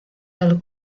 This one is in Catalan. del